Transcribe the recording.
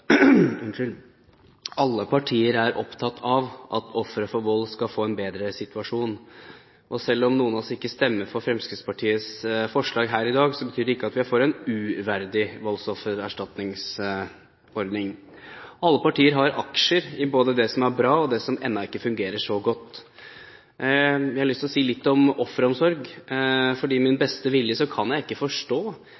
Alle partier er opptatt av at ofre for vold skal få en bedre situasjon. Selv om noen av oss ikke stemmer for Fremskrittspartiets forslag her i dag, betyr det ikke at vi er for en uverdig voldsoffererstatningsordning. Alle partier har aksjer i både det som er bra, og det som ennå ikke fungerer så godt. Jeg har lyst å si litt om offeromsorg: Jeg kan ikke med min